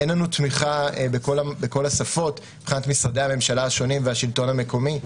אין לנו תמיכה בכל השפות מבחינת משרדי הממשלה השונים והשלטון המקומי,